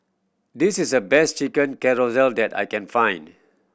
this is the best Chicken Casserole that I can find